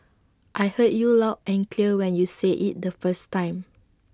I heard you loud and clear when you said IT the first time